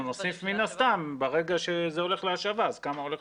מן הסתם נוסיף, ברגע שזה הולך להשבה כמה הולך